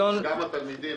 התלמידים.